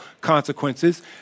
consequences